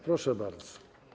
Proszę bardzo.